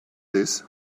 this